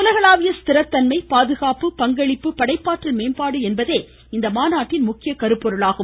உலகளாவிய ஸ்திரத்தன்மை பாதுகாப்பு பங்களிப்பு படைப்பாற்றல் மேம்பாடு என்பதே இம்மாநாட்டின் முக்கிய கருப்பொருளாகும்